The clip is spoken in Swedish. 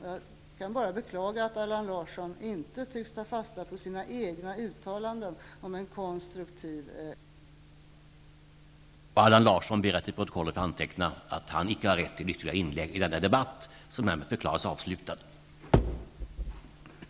Jag kan bara beklaga att Allan Larsson inte tycks ta fasta på sina egna uttalanden om en konstruktiv oppositionspolitik.